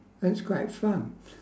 and it's quite fun